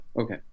Okay